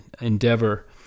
endeavor